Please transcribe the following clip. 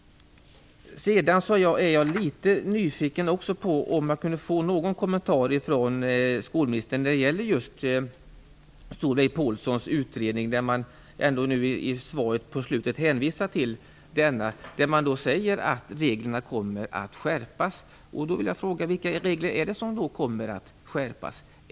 Sedan är jag litet nyfiken på om jag kunde få någon kommentar från skolministern när det gäller just Solveig Paulssons utredning. Man hänvisar i slutet av svaret till denna och säger att reglerna kommer att skärpas. Då vill jag fråga: Vilka regler är det som kommer att skärpas?